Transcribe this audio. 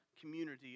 community